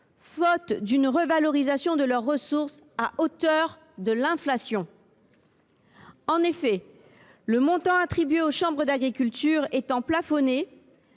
faute d’une revalorisation de leurs ressources à hauteur de l’inflation. En effet, le montant attribué aux chambres d’agriculture est plafonné